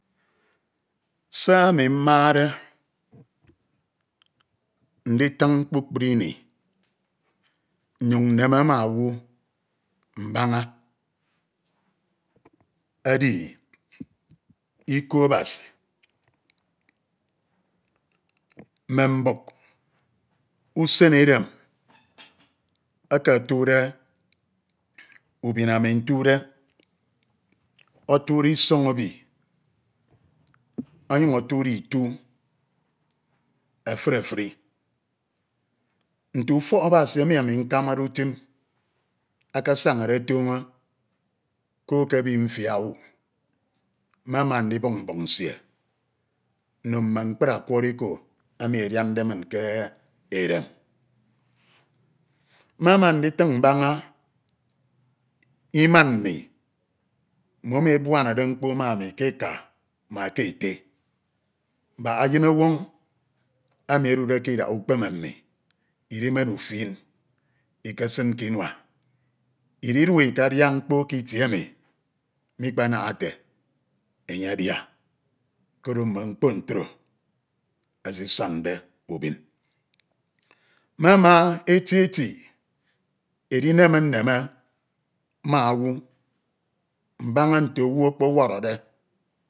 Se ami mmade nditin kpukpru ini nyun nneme ma owu mbaña kdi iko Abasi, mme mbuk usen edem eke etukde ubin ami otude otude ison ebi onyuñ otukde ito efuri efuri. Nte ufok Abasi emi ami nkamade utim asañade ọtọñọ ko ke ebi mfia owu. Mmema ndibuk mbuk nsie nno mme mkpri okwọrọ iko emi ediande min ke edem mmema nditin mboña imañ mmi mmomi ebuɛna mkpo ma ami ke eka ma ke ete, mbak eyen ọnwọñ enu edude ke idak ukpeme mmi idimen ufen ikesin ke inua ididue ikadia mkpo ke itie enu mikpanaha enye adia, koro mme mkpo ntro esuuande ubin mmema eti eti edinema nneme ma owu mbaña nte owu ọkpọwọrọde.